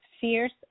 Fierce